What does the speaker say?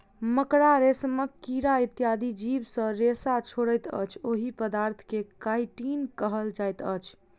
मकड़ा, रेशमक कीड़ा इत्यादि जीव जे रेशा छोड़ैत अछि, ओहि पदार्थ के काइटिन कहल जाइत अछि